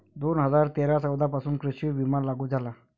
दोन हजार तेरा चौदा पासून कृषी विमा लागू झाला